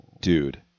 Dude